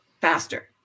faster